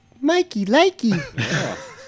Mikey-likey